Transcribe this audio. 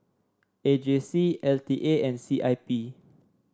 A J C L T A and C I P